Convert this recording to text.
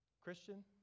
Christian